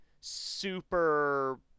super